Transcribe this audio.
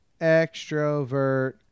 extrovert